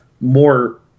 more